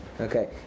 okay